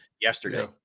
yesterday